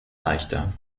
leichter